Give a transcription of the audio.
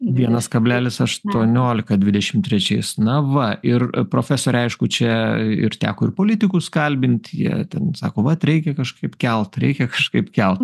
vienas kablelis aštuoniolika dvidešim trečiais na va ir profesore aišku čia ir teko ir politikus kalbint jie ten sako va reikia kažkaip kelt reikia kažkaip kelt